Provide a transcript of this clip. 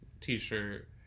t-shirt